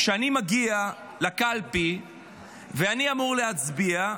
כשאני מגיע לקלפי ואני אמור להצביע,